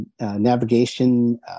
navigation